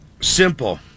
Simple